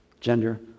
gender